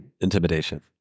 intimidation